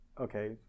okay